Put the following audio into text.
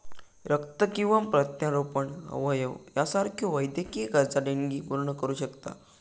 रक्त किंवा प्रत्यारोपण अवयव यासारख्यो वैद्यकीय गरजा देणगी पूर्ण करू शकता